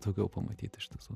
daugiau pamatyt iš tiesų